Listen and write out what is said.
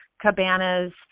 cabanas